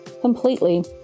Completely